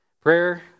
Prayer